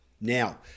Now